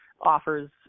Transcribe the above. offers